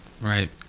right